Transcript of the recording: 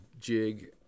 jig